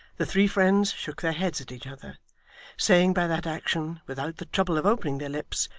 the three friends shook their heads at each other saying by that action, without the trouble of opening their lips,